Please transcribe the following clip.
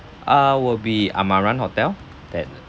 uh will be amaran hotel that uh